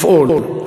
לפעול.